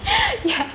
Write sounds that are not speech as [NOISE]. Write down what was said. [LAUGHS] yeah [LAUGHS]